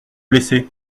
blessé